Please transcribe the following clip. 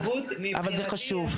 אבל זה חשוב.